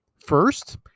first